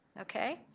Okay